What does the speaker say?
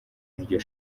iryo